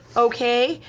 okay?